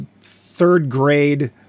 third-grade